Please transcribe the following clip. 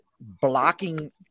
blocking